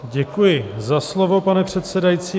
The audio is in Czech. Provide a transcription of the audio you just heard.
Děkuji za slovo, pane předsedající.